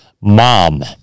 MOM